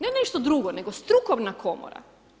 Ne nešto drugo, nego strukovna komora.